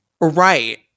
right